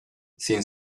sin